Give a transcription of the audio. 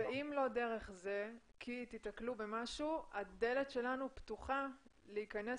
אם לא דרך זה ותיתקלו במשהו הדלת שלנו פתוחה להיכנס